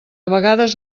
vegades